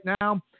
now